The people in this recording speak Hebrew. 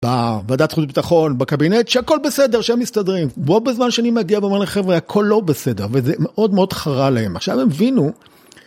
בוועדת זכות הביטחון, בקבינט שהכל בסדר שהם מסתדרים. וברוב הזמן שאני מגיע ואומר לחבר'ה, הכל לא בסדר וזה מאוד מאוד חרא להם. עכשיו הם הבינו...